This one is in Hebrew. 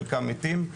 חלקם מתים.